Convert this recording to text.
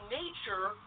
nature